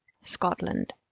Scotland